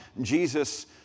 Jesus